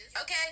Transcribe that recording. Okay